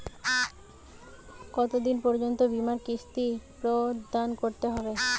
কতো দিন পর্যন্ত বিমার কিস্তি প্রদান করতে হবে?